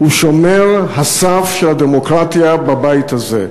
שומר הסף של הדמוקרטיה בבית הזה,